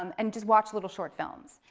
um and just watch little short films.